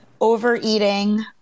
overeating